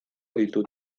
ditut